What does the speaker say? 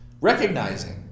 Recognizing